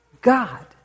God